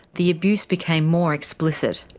the abuse became more explicit.